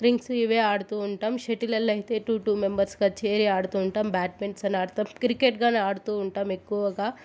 rings ఇవ్వే ఆడుతూ ఉంటాం షటిలల్లో అయితే టూ టూ మెంబర్స్గా చేరి ఆడుతూ ఉంటాము బ్యాడ్మింట్సనాడతం కిర్కెట్ గానీ ఆడుతూ ఉంటాం ఎక్కువగా